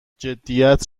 جدیدت